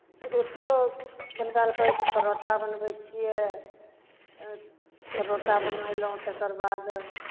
रोटिओ बनबै लए पड़ै छै परोठा बनबै छियै परोठा बनयलहुँ तकरबाद